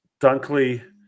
Dunkley